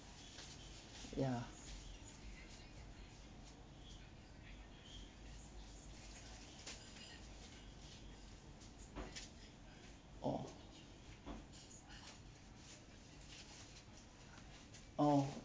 ya orh orh